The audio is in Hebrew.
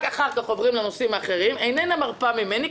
רק אחר כך עוברים לנושאים האחרים" איננה מרפה ממני,